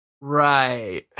right